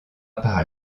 par